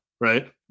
right